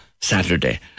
Saturday